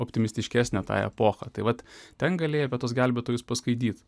optimistiškesnę tą epochą tai vat ten galėjai apie tuos gelbėtojus paskaityt